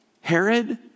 Herod